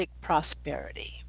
Prosperity